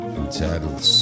entitled